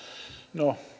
no